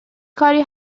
کاری